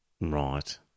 Right